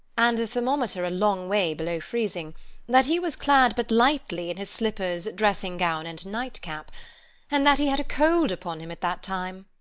and the thermometer a long way below freezing that he was clad but lightly in his slippers, dressing-gown, and nightcap and that he had a cold upon him at that time.